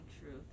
truth